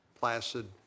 placid